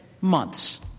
months